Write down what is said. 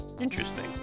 interesting